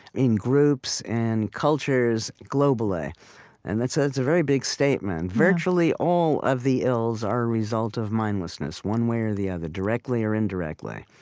in groups, in cultures, globally and that's a very big statement virtually all of the ills are a result of mindlessness, one way or the other, directly or indirectly,